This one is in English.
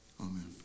Amen